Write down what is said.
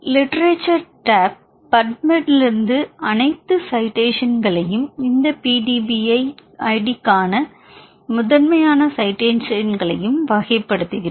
literature tab பப்மெட்லிருந்து அனைத்து சைடேசன்களையும் இந்த பிடிபி ஐடி கான முதன்மையான சை டேசன்களையும் வரிசைப்படுத்துகிறது